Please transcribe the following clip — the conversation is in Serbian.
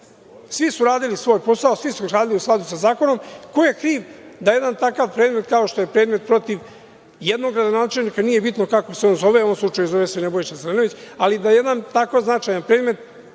Svi su radili svoj posao, svi su radili u skladu sa zakonom, ko je kriv da jedan takav predmet kao što je predmet protiv jednog gradonačelnika, nije bitno kako se on zove, u ovom slučaju zove se Nebojša Zelenović, ali da jedan tako značajan predmet,